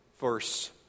verse